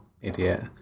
idiot